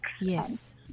Yes